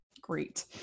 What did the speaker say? Great